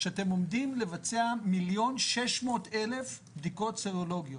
שאתם עומדים לבצע 1,600,000 בדיקות סרולוגיות,